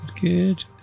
Good